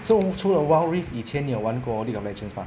so 除了 wild rift 以前你有玩过 league of legends mah